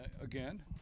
again